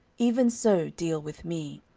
even so deal with me.